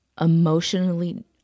emotionally